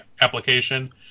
application